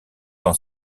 dans